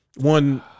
one